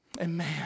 Amen